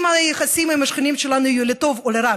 אם היחסים עם השכנים שלנו יהיו לטוב או לרע,